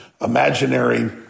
imaginary